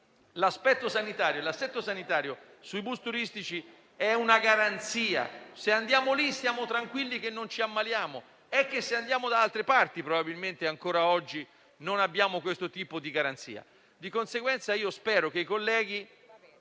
l'aspetto sanitario sui bus turistici si ha una garanzia: se andiamo lì stiamo tranquilli di non ammalarci; invece, se andiamo da altre parti, probabilmente ancora oggi non abbiamo questo tipo di garanzia.